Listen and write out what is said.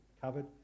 covered